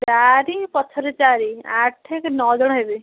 ଚାରି ପଛରେ ଚାରି ଆଠେ ଏକେ ନଅଜଣ ହେବେ